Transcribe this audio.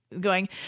going-